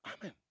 Amen